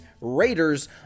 Raiders